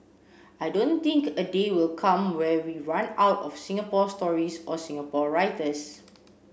I don't think a day will come where we run out of Singapore stories or Singapore writers